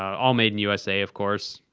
all made in usa, of course.